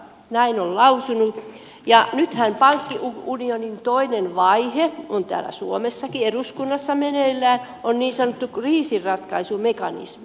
näin on lausunut ja nythän pankkiunionin toinen vaihe on täällä suomessakin eduskunnassa meneillään on niin sanottu kriisinratkaisumekanismi